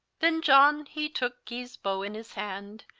then john he took guy's bow in his hand,